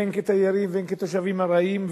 הן כתיירים והן כתושבים ארעיים,